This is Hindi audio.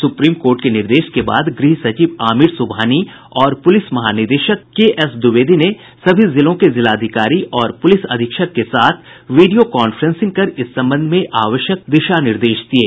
सुप्रीम कोर्ट के निर्देश के बाद गृह सचिव आमिर सुबहानी और पुलिस महानिदेशक के एस द्विवेदी ने सभी जिलों के जिलाधिकारी और पुलिस अधीक्षक के साथ वीडियो कांफ्रेंसिंग कर इस संबंध में आवश्यक दिशा निर्देश दिये